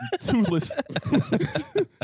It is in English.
Toothless